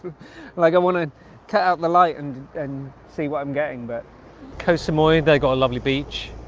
like i want to cut out the light and and see what i'm getting but koh samui they got a lovely beach